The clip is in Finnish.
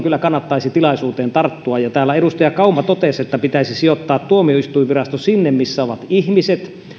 kyllä tilaisuuteen tarttua täällä edustaja kauma totesi että pitäisi sijoittaa tuomioistuinvirasto sinne missä ovat ihmiset ja